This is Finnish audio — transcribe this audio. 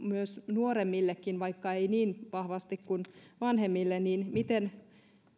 nuoremmillekin vaikka ei niin vahvasti kuin vanhemmille miten